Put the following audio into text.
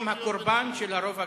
הקורבן של הרוב הגזעני.